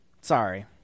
Sorry